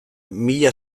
mila